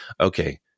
Okay